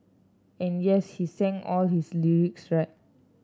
and yes he sang all his lyrics right